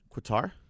Qatar